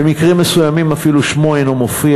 במקרים מסוימים אפילו שמו אינו מופיע